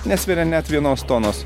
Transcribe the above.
nesveria net vienos tonos